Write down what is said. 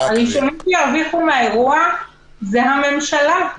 הראשונה שירוויחו מהאירוע זאת הממשלה,